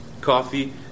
coffee